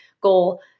goal